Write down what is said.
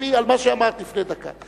תחשבי על מה שאמרת לפני דקה.